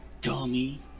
dummy